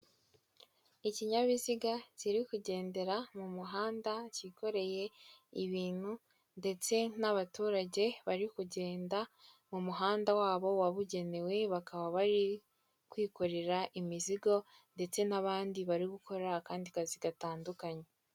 Ikinyabiziga kiri kugendera mu muhanda cyikoreye ibintu ndetse n'abaturage bari kugenda mu muhanda wabo wabugenewe bakaba bari kwikorera imizigo ndetse n'abandi bari gukora akandi kazi gatandukanye.